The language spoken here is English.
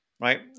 Right